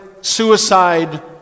suicide